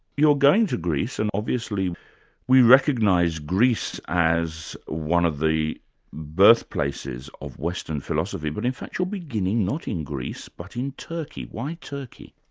you're going to greece, and obviously we recognise greece as one of the birthplaces of western philosophy, but in fact you're beginning not in greece, but in turkey. why turkey?